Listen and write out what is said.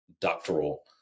doctoral